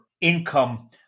income